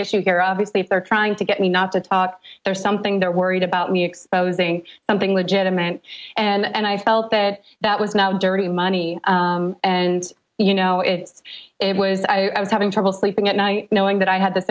issue here obviously if they're trying to get me not to talk there's something they're worried about me exposing something legitimate and i felt that that was not dirty money and you know it's it was i was having trouble sleeping at night knowing that i had this